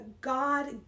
God